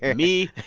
and me,